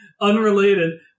unrelated